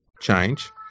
change